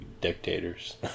dictators